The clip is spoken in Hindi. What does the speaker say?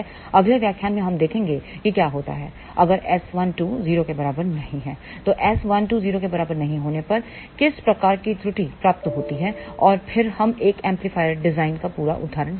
अगले व्याख्यान में हम देखेंगे कि क्या होता है अगर S12 0 के बराबर नहीं है तो S12 0 के बराबर नहीं होने पर किस प्रकार की त्रुटि प्राप्त होती है और फिर हम एक एम्पलीफायर डिज़ाइन का पूरा उदाहरण लेंगे